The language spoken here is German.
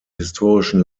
historischen